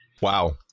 Wow